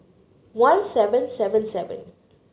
one seven seven seven